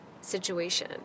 situation